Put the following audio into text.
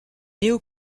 néo